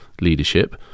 leadership